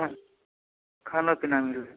खानो पीना मिलत